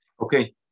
Okay